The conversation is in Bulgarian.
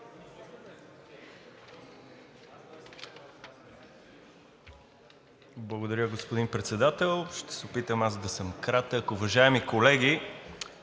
Благодаря, господин Председател. Ще се опитам да съм кратък. Уважаеми колеги,